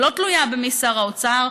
שלא תלויה במי שר האוצר,